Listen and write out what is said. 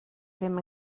ddim